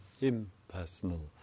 impersonal